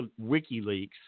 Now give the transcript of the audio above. WikiLeaks